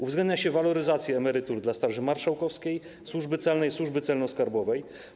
Uwzględnia się waloryzację emerytur dla Straży Marszałkowskiej, Służby Celnej i Służby Celno-Skarbowej.